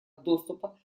доступа